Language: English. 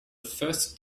first